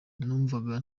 numvaga